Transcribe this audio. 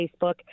Facebook